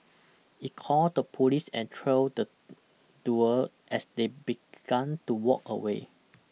he called the police and trailed the duo as they begun to walk away